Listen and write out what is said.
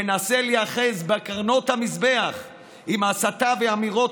מנסה להיאחז בקרנות המזבח עם הסתה ואמירות